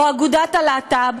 או אגודת הלהט"ב,